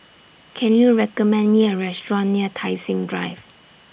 Can YOU recommend Me A Restaurant near Tai Seng Drive